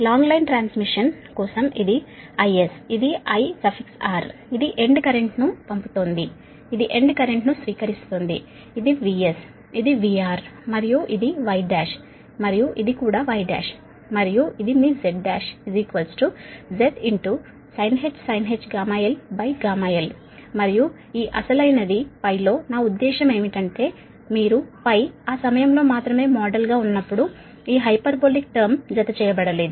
long transmission line కోసం ఇది IS ఇది IR ఇది ఎండ్ కరెంట్ను పంపుతోంది ఇది ఎండ్ కరెంట్ను స్వీకరిస్తోంది ఇది VS ఇది VR మరియు ఇది Y1 మరియు ఇది కూడా Y1 మరియు ఇది మీ Z1 Z sinh γl γl మరియు ఈ అసలైనది లో నా ఉద్దేశ్యం ఏమిటంటే మీరు ఆ సమయంలో మాత్రమే మోడల్గా ఉన్నప్పుడు ఈ హైపర్బోలిక్ టర్మ్ జతచేయబడలేదు